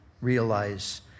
realize